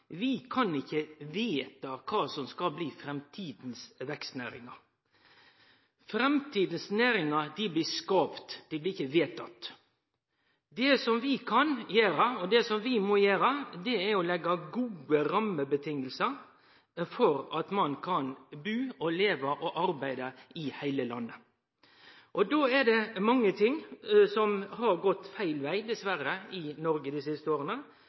kan vedta kva som skal bli framtidas vekstnæringar. Framtidas næringar blir skapte, dei blir ikkje vedtatt. Det vi kan gjere, og det vi må gjere, er å lage gode rammevilkår for at ein kan bu, leve og arbeide i heile landet. Då er det mange ting som dessverre har gått feil veg i Noreg dei siste åra.